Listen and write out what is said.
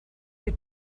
you